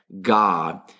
God